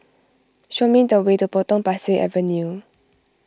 show me the way to Potong Pasir Avenue